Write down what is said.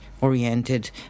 oriented